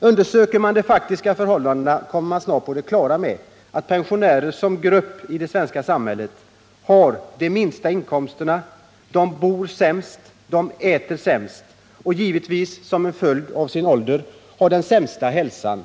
Undersöker man de faktiska förhållandena kommer man snart på det klara med att pensionärerna som grupp i det svenska samhället har de minsta inkomsterna, bor sämst, äter sämst — och, givetvis, som följd av åldern — har den sämsta hälsan.